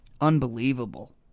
Unbelievable